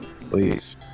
Please